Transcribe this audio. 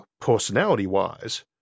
personality-wise